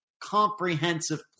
comprehensive